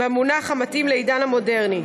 במונח המתאים לעידן המודרני.